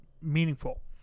meaningful